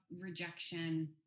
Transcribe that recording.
rejection